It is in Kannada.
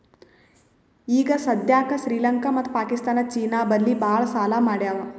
ಈಗ ಸದ್ಯಾಕ್ ಶ್ರೀಲಂಕಾ ಮತ್ತ ಪಾಕಿಸ್ತಾನ್ ಚೀನಾ ಬಲ್ಲಿ ಭಾಳ್ ಸಾಲಾ ಮಾಡ್ಯಾವ್